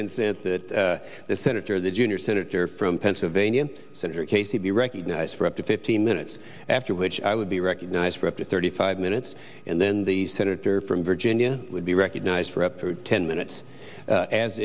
going said that the senator the junior senator from pennsylvania senator casey be recognized for up to fifteen minutes after which i would be recognized for up to thirty five minutes and then the senator from virginia would be recognized for up to ten minutes